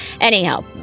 Anyhow